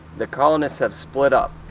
the colonists have split up.